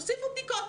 תוסיפו בדיקות.